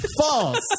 False